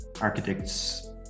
architects